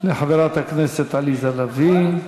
לחברת הכנסת עליזה לביא.